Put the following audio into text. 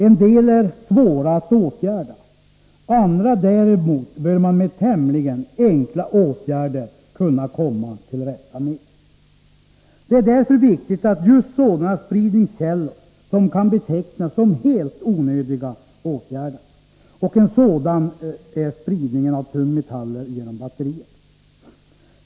En del problem är svåra att åtgärda, andra däremot bör man med tämligen enkla åtgärder kunna komma till rätta med. Det är därför viktigt att just sådana Nr 41 spridningskällor som kan betecknas som helt onödiga elimineras. En sådan Onsdagen den är spridningen av tungmetaller genom batterier.